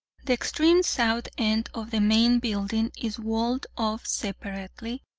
the extreme south end of the main building is walled off separately,